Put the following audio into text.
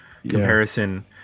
comparison